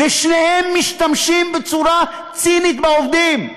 ושניהם משתמשים בצורה צינית בעובדים,